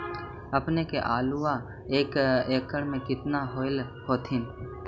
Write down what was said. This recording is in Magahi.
अपने के आलुआ एक एकड़ मे कितना होब होत्थिन?